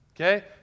Okay